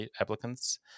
applicants